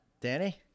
Danny